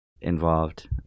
involved